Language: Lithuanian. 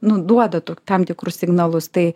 nu duoda tam tikrus signalus tai